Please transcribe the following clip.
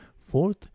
Fourth